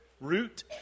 root